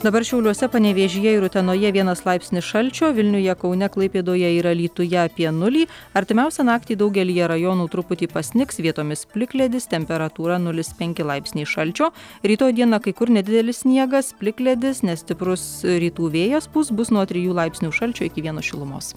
dabar šiauliuose panevėžyje ir utenoje vienas laipsnis šalčio vilniuje kaune klaipėdoje ir alytuje apie nulį artimiausią naktį daugelyje rajonų truputį pasnigs vietomis plikledis temperatūra nulis penki laipsniai šalčio rytoj dieną kai kur nedidelis sniegas plikledis nestiprus rytų vėjas pūs bus nuo trijų laipsnių šalčio iki vieno šilumos